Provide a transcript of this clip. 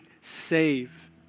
save